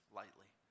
lightly